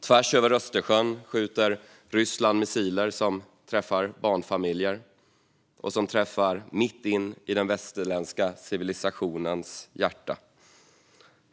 Tvärs över Östersjön skjuter Ryssland missiler som träffar barnfamiljer och som träffar rakt in i den västerländska civilisationens hjärta.